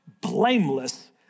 blameless